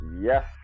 yes